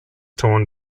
torn